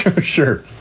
Sure